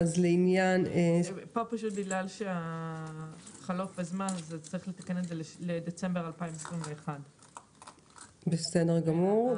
פה בגלל שהזמן חלף אז יש לתקן זאת לדצמבר 2021. בסדר גמור,